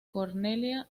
cornelia